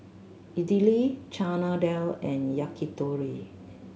Idili Chana Dal and Yakitori